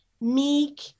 meek